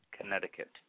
Connecticut